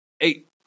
eight